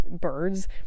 birds